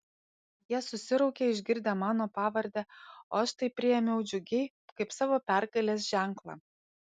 jie susiraukė išgirdę mano pavardę o aš tai priėmiau džiugiai kaip savo pergalės ženklą